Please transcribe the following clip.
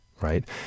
Right